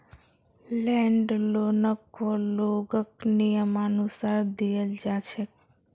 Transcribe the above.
land लोनकको लोगक नियमानुसार दियाल जा छेक